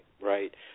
right